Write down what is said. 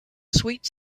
sweet